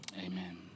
Amen